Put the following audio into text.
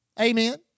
Amen